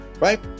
Right